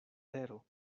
tero